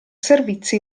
servizi